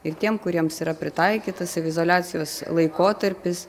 ir tiem kuriems yra pritaikyta saviizoliacijos laikotarpis